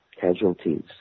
casualties